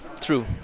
true